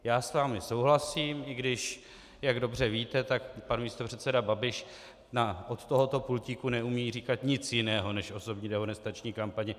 Já s vámi souhlasím, i když, jak dobře víte, pan místopředseda Babiš nám od tohoto pultíku neumí říkat nic jiného než osobní dehonestační kampaně.